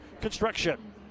Construction